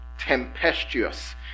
tempestuous